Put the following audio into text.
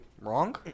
Wrong